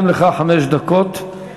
גם לך, חמש דקות.